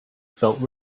felt